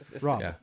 Rob